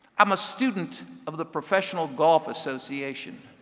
i'm a student of the professional golf association.